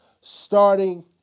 Starting